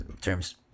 term's